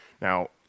Now